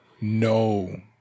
No